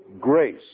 grace